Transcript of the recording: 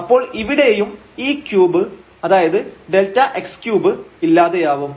അപ്പോൾ ഇവിടെയും ഈ ക്യൂബ് അതായത് Δx3 ഇല്ലാതെയാവും